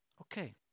Okay